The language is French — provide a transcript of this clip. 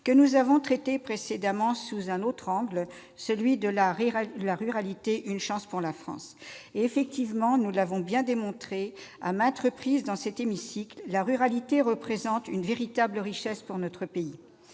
que nous avons traitée précédemment sous un autre angle :« La ruralité, une chance pour la France ». Effectivement, et nous l'avons démontré à bien des reprises au sein de cet hémicycle, la ruralité représente une véritable richesse pour notre pays